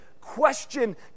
question